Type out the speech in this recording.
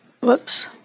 whoops